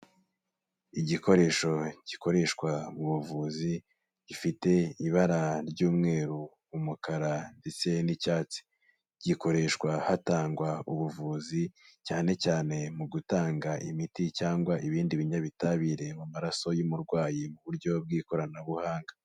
Igikoresho gikoreshwa mu buvuzi, gifite ibara ry'umweru, umukara ndetse n'icyatsi. Gikoreshwa hatangwa ubuvuzi, cyane cyane mu gutanga imiti cyangwa ibindi binyabitabire mu maraso y'umurwayi mu buryo bw'ikoranabuhanga.